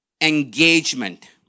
engagement